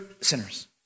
sinners